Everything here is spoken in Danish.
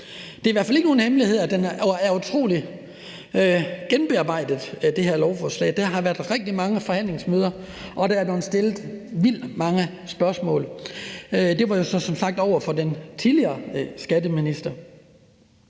Det er i hvert fald ikke nogen hemmelighed, at den er utrolig gennembearbejdet. Der har været rigtig mange forhandlingsmøder, og der er blevet stillet vildt mange spørgsmål. Det var så som sagt over for den tidligere skatteminister.